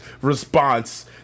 response